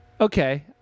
okay